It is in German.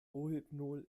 rohypnol